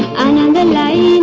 um and nine